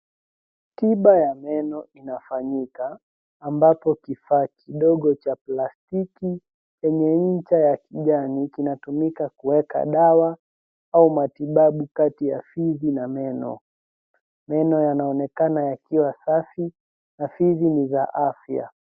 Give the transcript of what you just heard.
Tiba ya meno inafanyika ambapo kifaa kidogo cha plastiki chenye ncha ya kijanii inatumika kuweka dawa au matibabu kati ya fiji na meno. Meno yanaonekana yakiwa safi na fizi ni za afya.